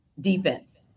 defense